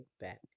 back